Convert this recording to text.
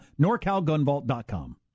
NorCalGunVault.com